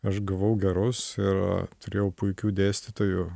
aš gavau gerus ir turėjau puikių dėstytojų